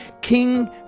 King